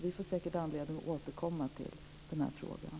Vi får säkert anledning att återkomma till frågan.